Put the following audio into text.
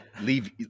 leave